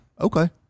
okay